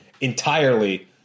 entirely